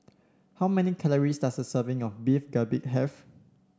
how many calories does a serving of Beef Galbi have